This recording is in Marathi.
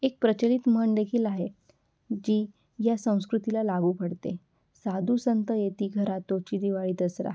एक प्रचलित म्हण देखील आहे जी या संस्कृतीला लागू पडते साधू संत येती घरा तोची दिवाळी दसरा